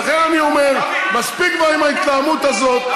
ולכן אני אומר: מספיק כבר עם ההתלהמות הזאת.